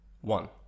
one